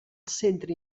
centre